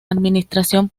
administración